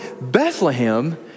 Bethlehem